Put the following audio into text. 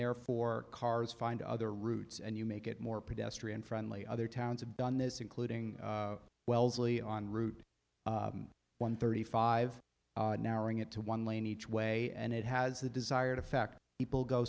therefore cars find other routes and you make it more pedestrian friendly other towns have done this including wellesley on route one thirty five narrowing it to one lane each way and it has the desired effect people go